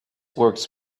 works